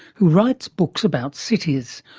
who writes books about cities,